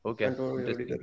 Okay